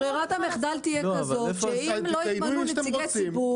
ברירת המחדל תהיה כזאת שאם לא ימנו נציגי ציבור,